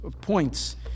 points